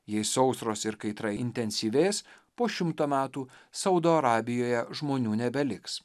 jei sausros ir kaitra intensyvės po šimto metų saudo arabijoje žmonių nebeliks